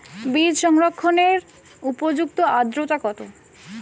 বীজ সংরক্ষণের উপযুক্ত আদ্রতা কত?